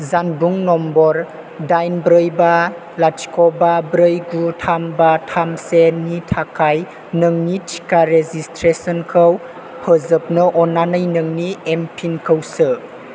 जानबुं नम्बर दाइन ब्रै बा लाथिख' बा ब्रै गु थाम बा थाम सेनि थाखाय नोंनि टिका रेजिस्ट्रेसनखौ फोजोबनो अन्नानै नोंनि एमपिनखौ सो